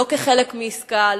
לא כחלק מעסקה,